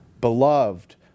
Beloved